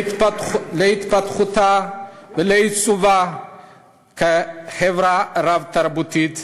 להתפתחותה ולעיצובה כחברה רב-תרבותית,